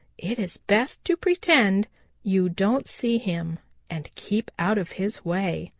it is best to pretend you don't see him and keep out of his way.